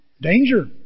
danger